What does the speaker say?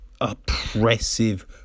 oppressive